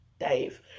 Dave